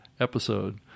episode